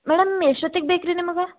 madam ಎಷ್ಟೊತ್ತಿಗೆ ಬೇಕು ರೀ ನಿಮಗೆ